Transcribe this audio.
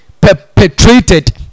perpetrated